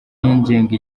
yigenga